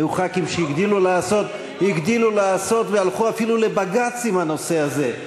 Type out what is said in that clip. היו חברי כנסת שהגדילו לעשות והלכו אפילו לבג"ץ עם הנושא הזה,